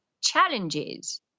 challenges